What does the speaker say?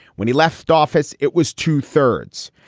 when he left office, it was two thirds.